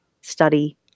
study